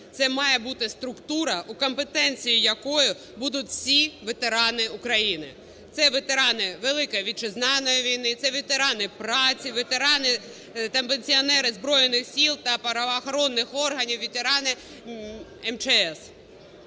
це має бути структура, у компетенції якої будуть всі ветерани України. Це ветерани Великої Вітчизняної війни, це ветерани праці, ветерани та пенсіонери Збройних Сил та правоохоронних органів, ветерани МЧС.